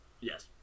yes